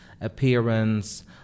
appearance